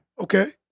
Okay